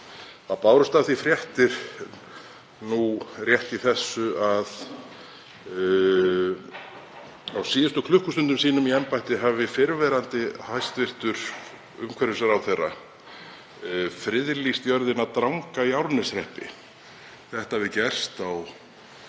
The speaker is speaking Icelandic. Það bárust af því fréttir nú rétt í þessu að á síðustu klukkustundum sínum í embætti hafi fyrrverandi hæstv. umhverfisráðherra friðlýst jörðina Dranga í Árneshreppi. Þetta hafi gerst á